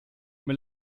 mir